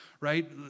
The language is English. right